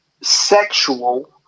sexual